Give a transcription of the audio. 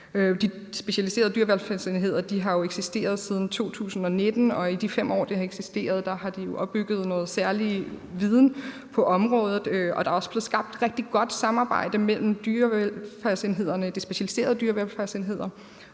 De specialiserede dyrevelfærdsenheder har jo eksisteret siden 2019, og i de 5 år, de har eksisteret, har de opbygget noget særlig viden på området, og der er også blevet skabt et rigtig godt samarbejde mellem de specialiserede dyrevelfærdsenheder